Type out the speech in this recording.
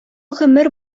гомер